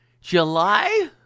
July